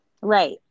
Right